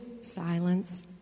silence